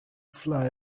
fly